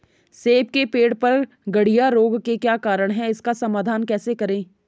सेब के पेड़ पर गढ़िया रोग के क्या कारण हैं इसका समाधान कैसे करें?